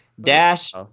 Dash